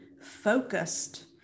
focused